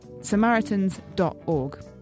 samaritans.org